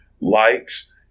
likes